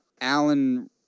Alan